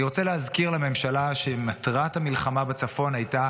אני רוצה להזכיר לממשלה שמטרת המלחמה בצפון הייתה